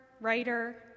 writer